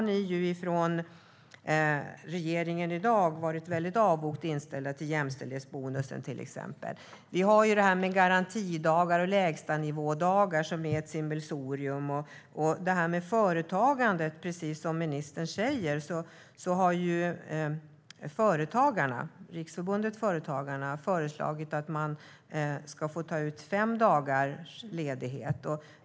Ni från regeringen i dag har varit väldigt avogt inställda till exempelvis jämställdhetsbonusen. Vi har det här med garantidagar och lägstanivådagar, som är ett sammelsurium. När det gäller företagarna, som ministern tar upp, har organisationen Företagarna föreslagit att man ska få ta ut fem dagars ledighet.